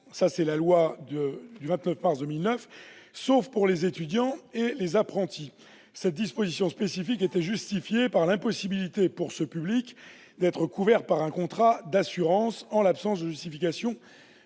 un contrat d'assurance, sauf pour les étudiants et les apprentis. Cette disposition spécifique était justifiée par l'impossibilité pour ce public d'être couvert par un contrat d'assurance, en l'absence de justification